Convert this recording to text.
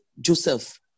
Joseph